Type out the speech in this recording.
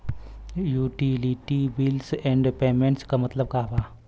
Utility bills and payments क मतलब का बा?